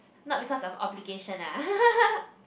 not because of obligation ah